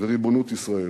בריבונות ישראל.